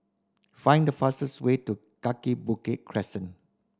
find the fastest way to Kaki Bukit Crescent